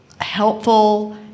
helpful